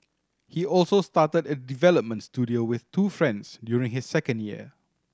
he also started a development studio with two friends during his second year